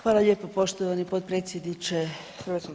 Hvala lijepo poštovani potpredsjedniče HS.